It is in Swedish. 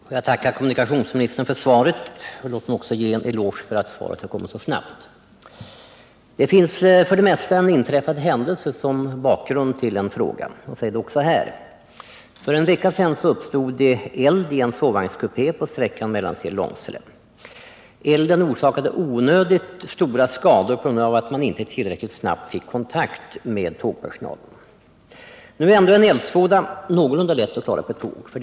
Herr talman! Jag tackar kommunikationsministern för svaret. Låt mig också ge en eloge för att svaret har kommit så snabbt. För det mesta utgör en inträffad händelse bakgrund till en fråga — så är det också här. För en vecka sedan uppstod eld i en sovvagnskupé på sträckan Mellansel-Långsele. Elden orsakade onödigt stora skador på grund av att man inte tillräckligt snabbt fick kontakt med tågpersonalen. En eldsvåda är ändå någorlunda lätt att klara på ett tåg.